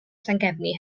llangefni